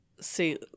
see –